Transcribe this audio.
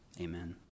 Amen